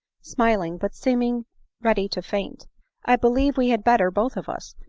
smiling, but seeming ready to faint i believe we had better, both of us,